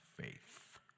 faith